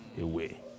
away